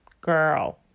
girl